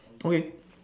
okay